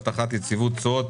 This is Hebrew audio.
הבטחת יציבות תשואות